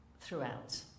throughout